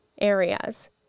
areas